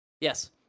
Yes